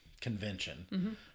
convention